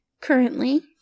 currently